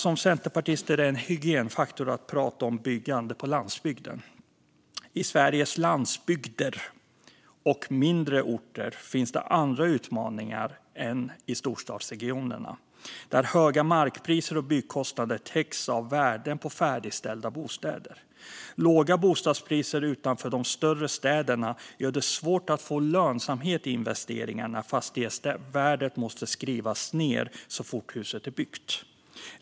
Som centerpartist är det en hygienfaktor att prata om byggande på landsbygden. I Sveriges landsbygder och mindre orter finns andra utmaningar än i storstadsregionerna, där höga markpriser och byggkostnader täcks av värden på färdigställda bostäder. Låga bostadspriser utanför de större städerna gör det svårt att få lönsamhet i investeringarna när fastighetsvärdet måste skrivas ned så fort huset är byggt.